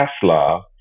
Tesla